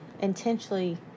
intentionally